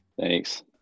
Thanks